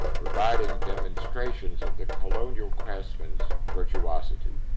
providing demonstrations of the colonial craftsman's virtuosity.